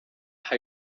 how